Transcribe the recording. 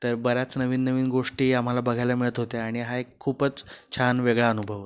तर बऱ्याच नवीन नवीन गोष्टी आम्हाला बघायला मिळत होत्या आणि हा एक खूपच छान वेगळा अनुभव